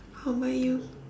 how about you